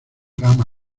gama